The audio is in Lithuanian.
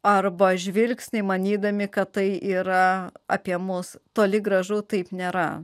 arba žvilgsnį manydami kad tai yra apie mus toli gražu taip nėra